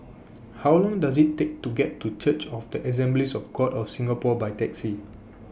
How Long Does IT Take to get to Church of The Assemblies of God of Singapore By Taxi